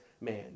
man